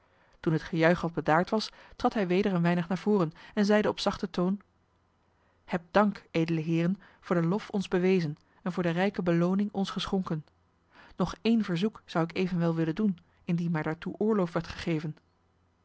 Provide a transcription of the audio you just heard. toen het gejuich wat bedaard was trad hij weder een weinig naar voren en zeide op zachten toon hebt dank edele heeren voor den lof ons bewezen en voor de rijke belooning ons geschonken nog één verzoek zou ik evenwel willen doen indien mij daartoe oorlof werd gegeven